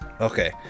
Okay